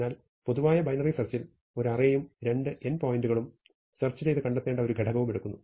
അതിനാൽ പൊതുവായ ബൈനറി സെർച്ചിൽ ഒരു അറേയും രണ്ട് എൻഡ് പോയിന്റു കളും സെർച്ച് ചെയ്ത് കണ്ടെത്തേണ്ട ഒരു ഘടകവും എടുക്കുന്നു